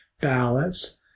ballots